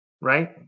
right